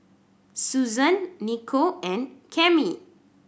Susann Niko and Cami